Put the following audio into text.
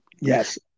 Yes